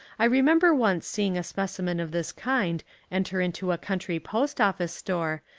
i remember once seeing a specimen of this kind enter into a country post-office store,